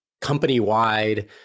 company-wide